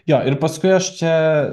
jo ir paskui aš čia